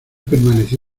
permanecí